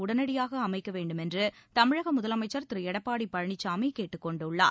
உடனடியாக அமைக்க வேண்டுமென்று தமிழக முதலமைச்சர் திரு எடப்பாடி பழனிசாமி கேட்டுக் கொண்டுள்ளார்